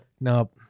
Nope